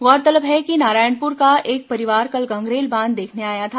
गौरतलब है कि नारायणपुर का एक परिवार कल गंगरेल बांध देखने आया था